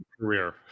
career